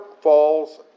falls